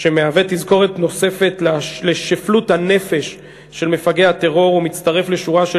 שמהווה תזכורת נוספת לשפלות הנפש של מפגעי הטרור ומצטרף לשורה של